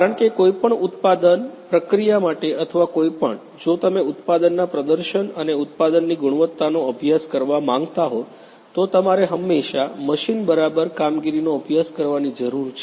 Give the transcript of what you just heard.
કારણ કે કોઈપણ ઉત્પાદન પ્રક્રિયા માટે અથવા કોઈપણ જો તમે ઉત્પાદનના પ્રદર્શન અને ઉત્પાદનની ગુણવત્તાનો અભ્યાસ કરવા માંગતા હો તો તમારે હંમેશાં મશીન બરાબર કામગીરીનો અભ્યાસ કરવાની જરૂર છે